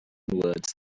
words